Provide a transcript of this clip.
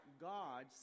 god